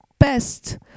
best